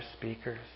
speakers